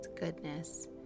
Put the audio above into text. goodness